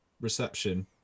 reception